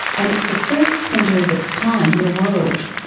and it's the first centre of its kind in the world.